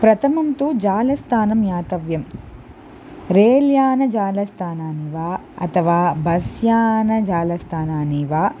प्रथमं तु जालस्थानं यातव्यं रेल्यानं जालस्थानानि वा अथवा बस्यानं जालस्थानानि वा